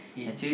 eat